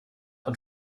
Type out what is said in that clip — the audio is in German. und